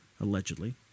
allegedly